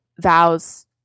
vows